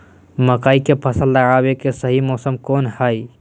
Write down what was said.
मकई के फसल लगावे के सही मौसम कौन हाय?